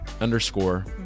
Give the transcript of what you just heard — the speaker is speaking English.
underscore